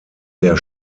der